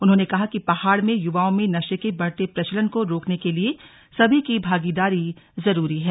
उन्होंने कहा कि पहाड़ में युवाओं में नशे के बढ़ते प्रचलन को रोकने के लिए सभी की भागीदारी जरूरी है